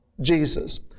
Jesus